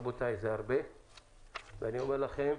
רבותיי, זה הרבה ואני אומר לכם,